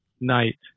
night